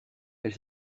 elle